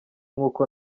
nk’uko